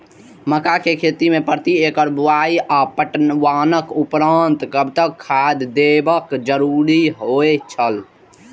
मक्का के खेती में प्रति एकड़ बुआई आ पटवनक उपरांत कतबाक खाद देयब जरुरी होय छल?